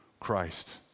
Christ